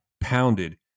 pounded